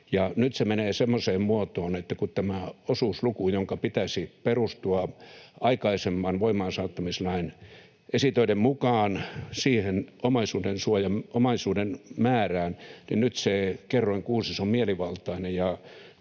Nyt se menee semmoiseen muotoon, että tämän osuusluvun, jonka pitäisi perustua aikaisemman voimaansaattamislain esitöiden mukaan siihen omaisuudensuojan alaisen omaisuuden määrään, kerroin — kuusi — on mielivaltainen.